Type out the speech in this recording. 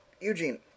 Eugene